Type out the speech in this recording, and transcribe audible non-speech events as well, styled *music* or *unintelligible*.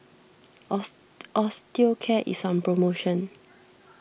*unintelligible* Osteocare is on promotion